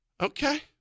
Okay